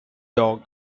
dog